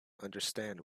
understand